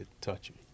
touching